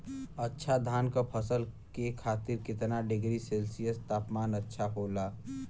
अच्छा धान क फसल के खातीर कितना डिग्री सेल्सीयस तापमान अच्छा होला?